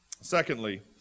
Secondly